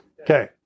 Okay